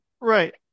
Right